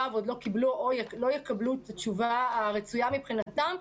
עוד לא קיבלו או לא יקבלו את התשובה הרצויה מבחינתם,